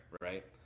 right